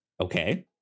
Okay